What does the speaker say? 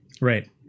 right